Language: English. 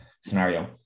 scenario